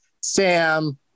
Sam